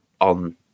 on